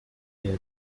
ihr